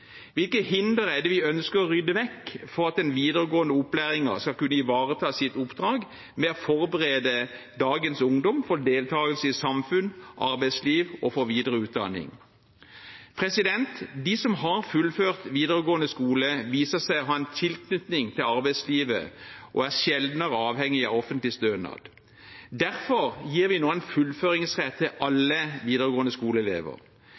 ønsker å rydde vekk for at den videregående opplæringen skal kunne ivareta sitt oppdrag med å forberede dagens ungdom for deltagelse i samfunns- og arbeidsliv og for videre utdanning? De som har fullført videregående skole, viser seg å ha en tilknytning til arbeidslivet og er sjeldnere avhengig av offentlig stønad. Derfor gir vi nå en fullføringsrett til